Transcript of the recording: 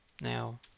now